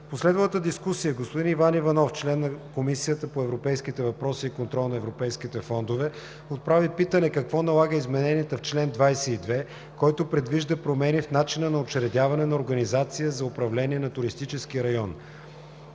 последвалата дискусия господин Иван Иванов – член на Комисията по европейските въпроси и контрол на европейските фондове, отправи питане какво налага измененията в чл. 22, който предвижда промени в начина на учредяване на организация за управление на туристически район.